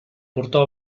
portò